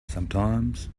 sometimes